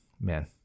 Man